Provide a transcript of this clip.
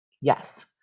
yes